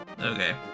okay